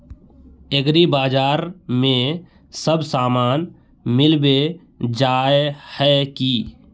एग्रीबाजार में सब सामान मिलबे जाय है की?